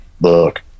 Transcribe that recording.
look